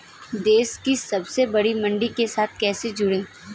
देश की सबसे बड़ी मंडी के साथ कैसे जुड़ें?